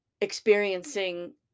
experiencing